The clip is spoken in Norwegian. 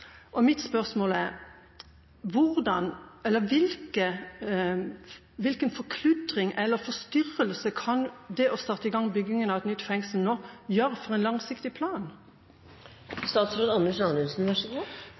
Mitt spørsmål er: Hvilken forkludring eller forstyrrelse kan det å starte byggingen av et nytt fengsel nå, skape med hensyn til en langsiktig plan?